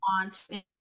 want